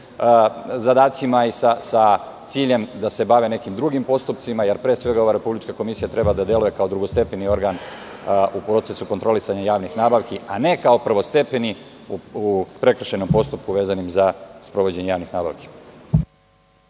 zadacima i sa ciljem da se bave nekim drugim postupcima, jer pre svega ova Republička komisija treba da deluje kao drugostepeni organ u procesu kontrolisanja javnih nabavki, a ne kao prvestepeni u prekršajnom postupku vezanom za sprovođenje javnih nabavki.